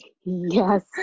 Yes